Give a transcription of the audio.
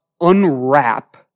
unwrap